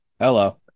hello